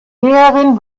lehrerin